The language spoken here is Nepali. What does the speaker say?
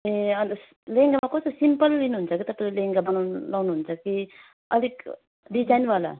ए अन्त लेहेङ्गा कस्तो सिम्पल लिनुहुन्छ कि तपाईँले लेहेङ्गा बनाउनु लाउनुहुन्छ कि अलिक डिजाइनवाला